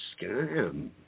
scam